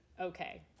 okay